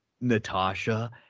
Natasha